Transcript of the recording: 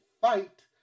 fight